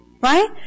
Right